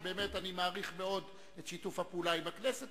ובאמת אני מעריך מאוד את שיתוף הפעולה עם הכנסת,